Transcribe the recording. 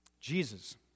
Jesus